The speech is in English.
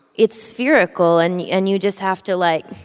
it's spherical. and you and you just have to, like,